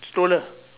stolen